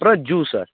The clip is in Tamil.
அப்புறம் ஜூ சார்